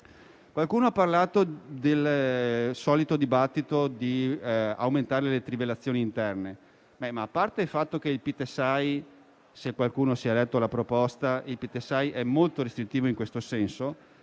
Qualcuno ha parlato del solito dibattito sull'aumento delle trivellazioni interne. A parte il fatto che il PiTESAI è molto restrittivo in questo senso